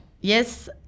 yes